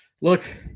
look